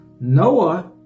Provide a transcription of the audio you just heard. Noah